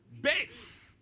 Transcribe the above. Base